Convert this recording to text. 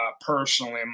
personally